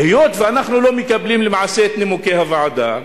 היות שאנחנו לא מקבלים למעשה את נימוקי הוועדה,